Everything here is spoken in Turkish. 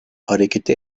hareketi